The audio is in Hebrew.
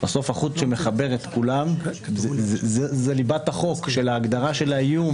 בסוף החוט שמחבר את כולם זה ליבת החוק של ההגדרה של האיום.